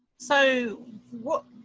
so what,